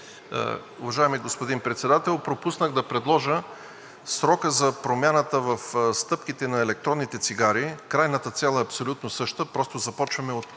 Уважаеми господин Председател, пропуснах да предложа срокът за промяната в стъпките на електронните цигари – крайната цел е абсолютно същата, просто започваме от